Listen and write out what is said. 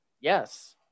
Yes